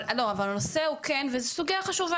אבל הנושא הוא כן וזו סוגיה חשובה,